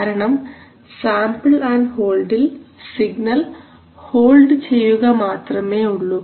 കാരണം sample and ഹോൾഡിൽ signal hold ചെയ്യുക മാത്രമേ ഉള്ളൂ